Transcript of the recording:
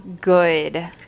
good